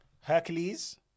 hercules